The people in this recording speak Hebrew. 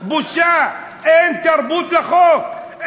בושה, אין תרבות לחוק.